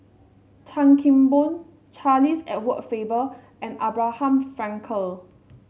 Chan Kim Boon Charles Edward Faber and Abraham Frankel